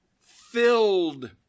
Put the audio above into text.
filled